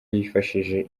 yafashije